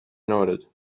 noted